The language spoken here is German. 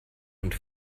und